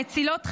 מצילות חיים,